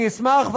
אני אשמח,